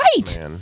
right